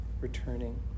returning